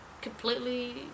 completely